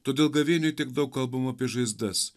todėl gavėnioj tiek daug kalbam apie žaizdas